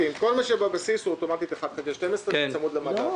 מה שבבסיס הוא אוטומטית 1/12 בצמוד למדד.